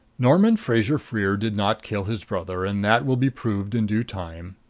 norman fraser-freer did not kill his brother, and that will be proved in due time.